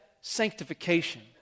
sanctification